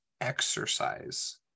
exercise